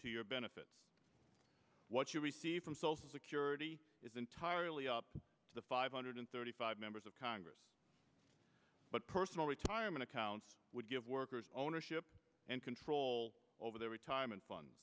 to your benefit what you receive from social security is entirely up to the five hundred thirty five members of congress but personal retirement accounts would give workers ownership and control over their retirement fund